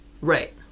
Right